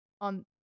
On